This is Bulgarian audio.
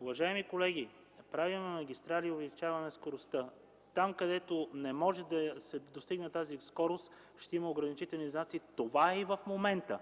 Уважаеми колеги, правим магистрали и увеличаваме скоростта. Там, където не може да се достигне тази скорост, ще има ограничителни знаци. Това е и в момента.